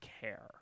care